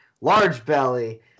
large-belly